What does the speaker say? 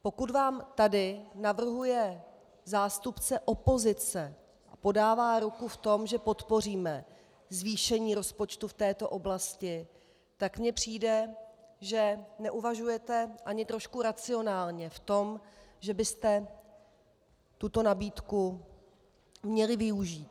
Pokud vám tady navrhuje zástupce opozice a podává ruku v tom, že podpoříme zvýšení rozpočtu v této oblasti, tak mně přijde, že neuvažujete ani trošku racionálně v tom, že byste tuto nabídku měli využít.